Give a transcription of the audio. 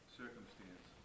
circumstance